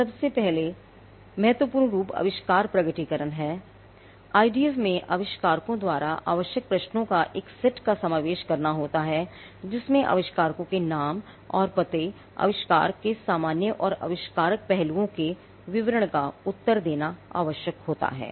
सबसे महत्वपूर्ण रूप आविष्कार प्रकटीकरण है आईडीएफ में आविष्कारकों द्वारा आवश्यक प्रश्नों के एक सेट का समावेश होता है जिसमें आविष्कारक के नाम और पते आविष्कार के सामान्य और आविष्कारक पहलुओं के विवरण का उत्तर देना आवश्यक है